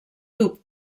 tub